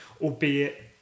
albeit